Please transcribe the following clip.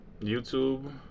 YouTube